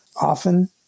Often